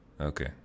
Okay